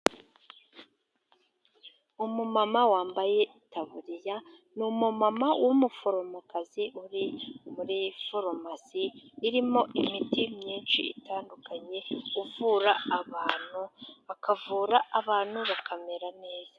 Umumama wambaye itaburiya, ni umumama w'umuforomokazi uri muri farumasi irimo imiti myinshi itandukanye, uvura abantu bakavura abantu bakamera neza.